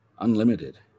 Unlimited